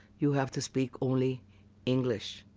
you have to speak only english,